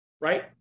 right